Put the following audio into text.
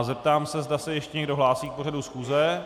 Zeptám se, zda se ještě někdo hlásí k pořadu schůze.